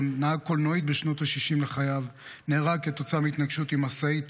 נהג קלנועית בשנות השישים לחייו נהרג כתוצאה מהתנגשות עם משאית